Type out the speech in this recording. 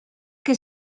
que